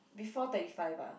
before thirty five lah